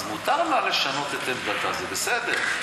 אז מותר לה לשנות את עמדתה, זה בסדר.